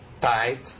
tight